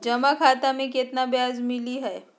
जमा खाता में केतना ब्याज मिलई हई?